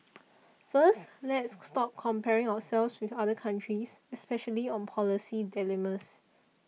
first let's stop comparing ourselves with other countries especially on policy dilemmas